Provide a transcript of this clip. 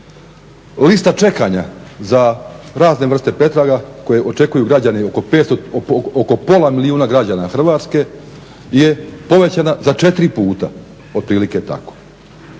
Lista čekanja za razne vrste pretraga koje očekuju građani, oko pola milijuna građana Hrvatske je povećana za 4 puta, od prilike je tako.